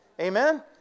Amen